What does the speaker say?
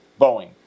Boeing